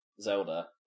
Zelda